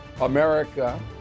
America